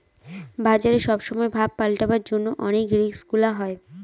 বাজারে সব সময় ভাব পাল্টাবার জন্য অনেক রিস্ক গুলা হয়